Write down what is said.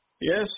Yes